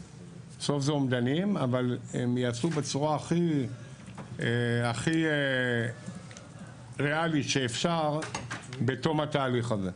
אבל הם ייעשו בצורה הכי ריאלית שאפשר בתום התהליך הזה.